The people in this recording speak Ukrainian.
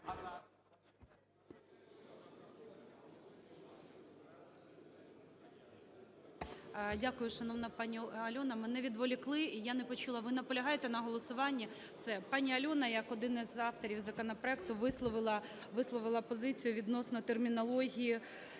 Дякую, шановна паніАльона. Мене відволікли і я не почула. Ви наполягаєте на голосуванні? Все. ПаніАльона як один із авторів законопроекту висловила позицію відносно термінології